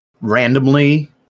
randomly